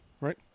right